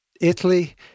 Italy